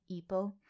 EPO